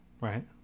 right